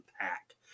pack